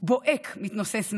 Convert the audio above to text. בוהק מתנוסס מעליה.